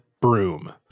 broom